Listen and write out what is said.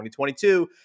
2022